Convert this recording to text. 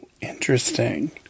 interesting